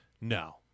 no